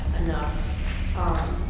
enough